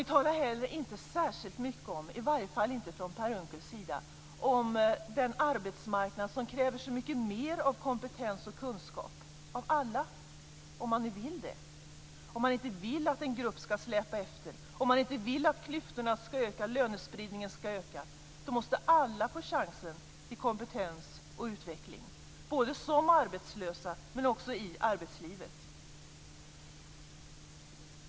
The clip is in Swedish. Ni talar inte heller särskilt mycket, i varje fall inte Per Unckel, om den arbetsmarknad som kräver så mycket mer av kompetens och kunskap av alla, om man nu vill det. Om man inte vill att en grupp skall släpa efter och att klyftorna och lönespridningen skall öka, måste alla få chansen till kompetens och utveckling, både som arbetslösa och i arbetslivet.